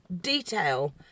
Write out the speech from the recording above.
detail